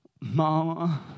Mama